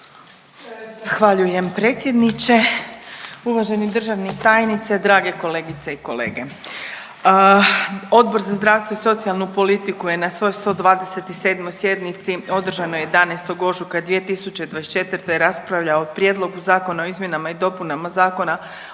Zahvaljujem predsjedniče. Uvaženi državni tajniče, drage kolegice i kolege, Odbor za zdravstvo i socijalnu politiku je na svojoj 127. sjednici održanoj 11. ožujka 2024. raspravljao o Prijedlogu Zakona o izmjenama i dopunama Zakona